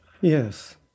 Yes